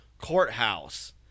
courthouse